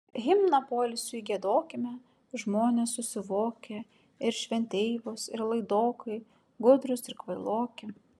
himną poilsiui giedokime žmonės susivokę ir šventeivos ir laidokai gudrūs ir kvailoki